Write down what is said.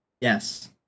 Yes